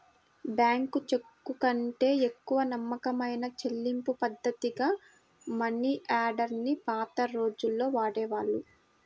bank చెక్కుకంటే ఎక్కువ నమ్మకమైన చెల్లింపుపద్ధతిగా మనియార్డర్ ని పాత రోజుల్లో వాడేవాళ్ళు